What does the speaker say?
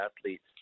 athletes